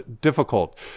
difficult